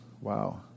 Wow